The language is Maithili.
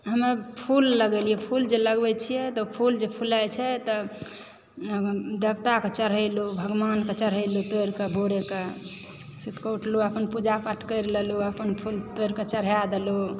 हमे फूल लगेलियै फूल जे लगबैत छियै तऽ फूल जे फूलै छै तऽ देवताके चढ़ेलहुँ भगवानके चढ़ेलहुँ तोड़िके भोरेकऽ सुतिकऽ उठलहुँ अपन पूजा पाठ करि केलहुँ अपन फूल तोड़िके चढ़ा देलहुँ